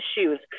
issues